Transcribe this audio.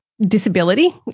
disability